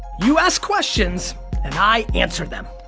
you ask questions and i answer them.